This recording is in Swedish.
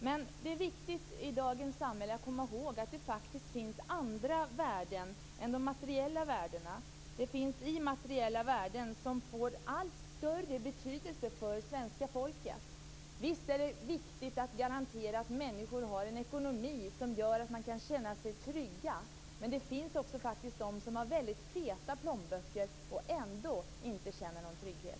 I dagens samhälle är det viktigt att komma ihåg att det faktiskt finns andra värden än de materiella. Det finns immateriella värden som får allt större betydelse för svenska folket. Visst är det viktigt att garantera att människor har en ekonomi som gör att de kan känna sig trygga. Men det finns faktiskt också de som har väldigt feta plånböcker och som ändå inte känner någon trygghet.